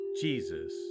Jesus